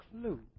clue